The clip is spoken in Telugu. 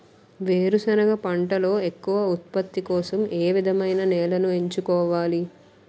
వేరుసెనగ పంటలో ఎక్కువ ఉత్పత్తి కోసం ఏ విధమైన నేలను ఎంచుకోవాలి?